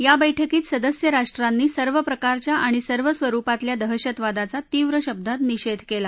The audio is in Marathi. याबैठकीत सदस्यराष्ट्रांनी सर्व प्रकारच्या आणि सर्व स्वरुपातल्या दहशतवादाचा तीव्र शब्दात निषेध केला